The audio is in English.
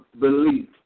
belief